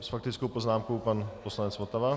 S faktickou poznámkou pan poslanec Votava.